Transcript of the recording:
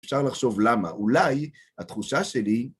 אפשר לחשוב למה. אולי התחושה שלי...